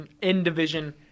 in-division